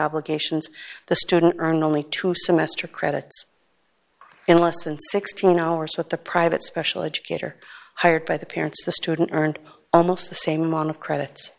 obligations the student earned only two semester credits in less than sixteen hours with the private special educator hired by the parents the student turned almost the same on the credits